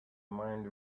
mind